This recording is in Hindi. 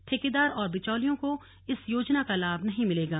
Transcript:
ठेकेदार और बिचौलिओं को इस योजना का लाभ नहीं मिलेगा